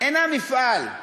אינה מפעל,